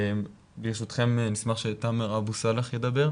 נשמח שתאמר אבו סאלח ידבר.